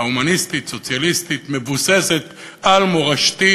ההומניסטית-סוציאליסטית מבוססת על מורשתי,